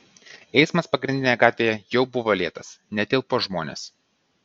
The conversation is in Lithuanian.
eismas pagrindinėje gatvėje jau buvo lėtas netilpo žmonės